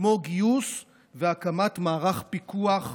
כמו גיוס והקמת מערך פיקוח ואכיפה.